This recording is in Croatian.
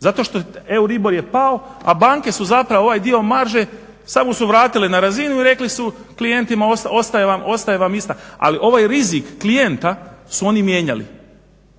Zato što je, euribor je pao, a banke su zapravo ovaj dio marže samo su vratile na razinu i rekli su klijentima ostaje vam ista. Ali je ovo je rizik klijenta su oni mijenjali.